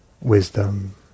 wisdom